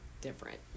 different